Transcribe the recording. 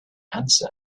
answer